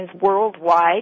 worldwide